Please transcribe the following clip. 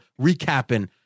recapping